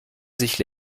sich